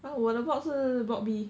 well 我的 block 是 block B